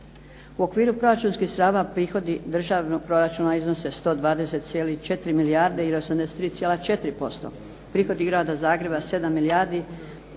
U okviru proračunskih sredstava prihodi državnog proračuna iznose 120,4 milijarde ili 83,4%. Prihodi Grada Zagreba 7 milijardi